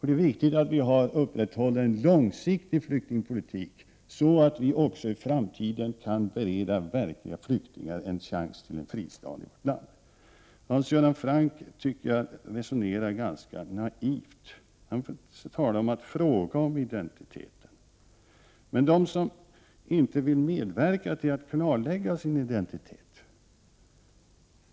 Det är viktigt att vi har en långsiktig flyktingpolitik, så att vi i framtiden kan bereda verkliga flyktingar en chans till fristad i vårt land. Jag tycker att Hans Göran Franck resonerar ganska naivt. Han talar om att fråga om identiteten. Det finns de som inte vill medverka till att klarlägga sin identitet.